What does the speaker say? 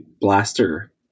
blaster